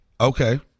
Okay